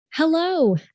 Hello